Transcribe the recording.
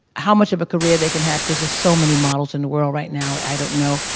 how much of a career they can have, because so many models in the world right now, i don't know,